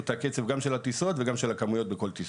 את הקצב גם של הטיסות וגם של הכמויות בכל טיסה.